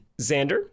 Xander